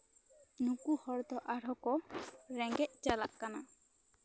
ᱱᱩᱠᱩ ᱦᱚᱲᱫᱚ ᱟᱨᱦᱚᱸ ᱠᱚ ᱨᱮᱸᱜᱮᱪ ᱪᱟᱞᱟᱜ ᱠᱟᱱᱟ